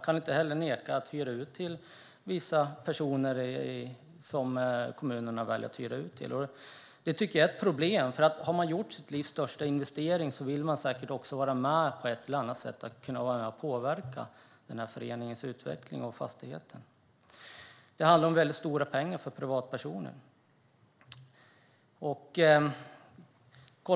De kan inte heller neka till uthyrning till vissa personer som kommunerna väljer att hyra ut till. Det tycker jag är ett problem. Har man gjort sitt livs största investering vill man säkert på ett eller annat sätt kunna vara med och påverka föreningens utveckling och fastigheten. Det handlar om väldigt stora pengar för privatpersoner. Man